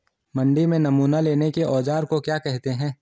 मंडी में नमूना लेने के औज़ार को क्या कहते हैं?